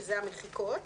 שזה המחיקות,